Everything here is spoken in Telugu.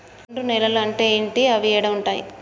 ఒండ్రు నేలలు అంటే ఏంటి? అవి ఏడ ఉంటాయి?